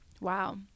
Wow